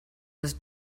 was